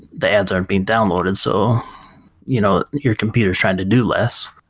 the ads aren't being downloaded so you know your computer's trying to do less.